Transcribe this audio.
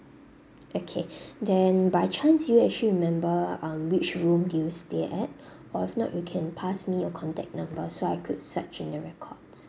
okay then by chance do you actually remember um which room do you stay at or if not you can pass me your contact numbers so I can search in the record